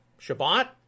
Shabbat